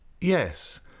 Yes